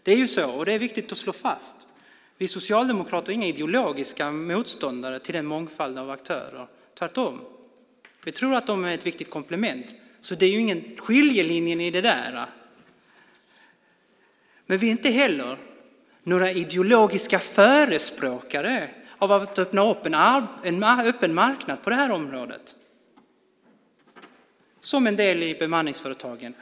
Det är viktigt att slå fast att vi socialdemokrater inte är några ideologiska motståndare till en mångfald av aktörer - tvärtom. Vi tror att de är ett viktigt komplement. Det finns ingen skiljelinje där. Men vi är inte heller några ideologiska förespråkare av en öppen marknad på det här området, som en del i bemanningsföretagen.